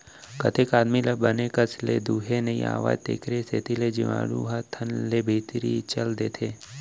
कतेक आदमी ल बने कस ले दुहे नइ आवय तेकरे सेती जीवाणु ह थन डहर ले भीतरी चल देथे